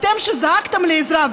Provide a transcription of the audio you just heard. אתם שזעקתם לעזרה,